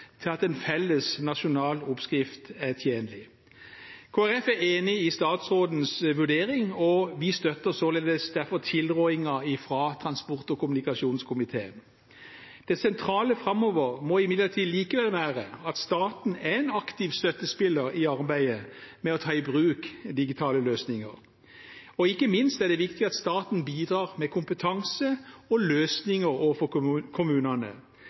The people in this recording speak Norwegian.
til at en felles nasjonal oppskrift er tjenlig. Kristelig Folkeparti er enig i statsrådens vurdering, og vi støtter derfor tilrådingen fra transport- og kommunikasjonskomiteen. Det sentrale framover må imidlertid være at staten er en aktiv støttespiller i arbeidet med å ta i bruk digitale løsninger. Ikke minst er det viktig at staten bidrar med kompetanse og løsninger overfor kommunene,